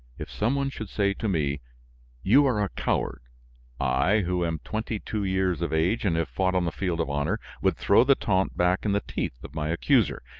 if some one should say to me you are a coward i, who am twenty-two years of age and have fought on the field of honor, would throw the taunt back in the teeth of my accuser.